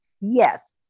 Yes